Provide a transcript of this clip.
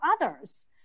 others